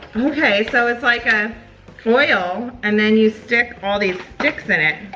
okay, so it's like a oil, and then you stick all these sticks in it.